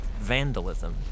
vandalism